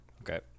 Okay